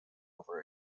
over